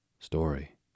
Story